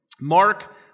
Mark